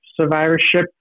survivorship